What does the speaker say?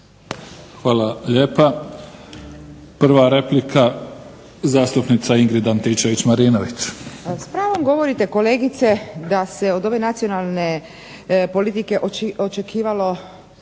Hvala lijepa. Prva replika, zastupnica Ingrid Antičević-Marinović.